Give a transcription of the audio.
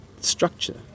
structure